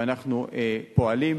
ואנחנו פועלים.